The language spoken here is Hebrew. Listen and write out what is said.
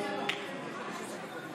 63 נגד ההסתייגות.